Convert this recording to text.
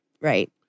right